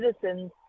citizens